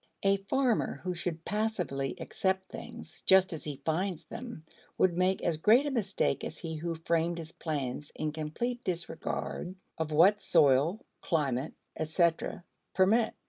a farmer who should passively accept things just as he finds them would make as great a mistake as he who framed his plans in complete disregard of what soil, climate, etc, permit.